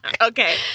Okay